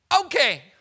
okay